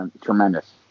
tremendous